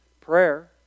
prayer